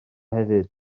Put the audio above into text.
hefyd